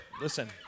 Listen